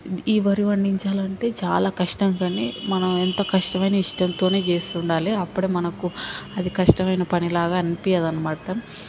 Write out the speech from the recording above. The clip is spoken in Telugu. ఈ వరి పండించాలంటే చాలా కష్టం కానీ మనం ఎంత కష్టం అయినా ఇష్టంతోనే చేస్తుండాలె అప్పుడే మనకు అది కష్టమైన పనిలాగ అనిపించదు అనమాట